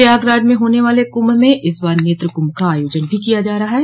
प्रयागराज में होने वाले कुंभ में इस बार नेत्र कुंभ का आयोजन भी किया जा रहा है